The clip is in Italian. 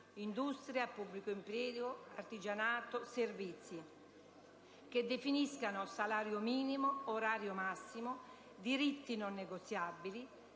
(industria, pubblico impiego, artigianato, servizi) che definiscano il salario minimo, l'orario massimo, i diritti non negoziabili,